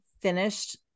finished